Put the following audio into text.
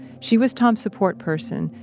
she was tom support person,